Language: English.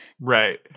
Right